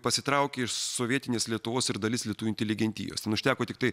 pasitraukė iš sovietinės lietuvos ir dalis lietuvių inteligentijos ten užteko tiktai